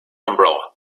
umbrella